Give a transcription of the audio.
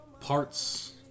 parts